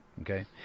okay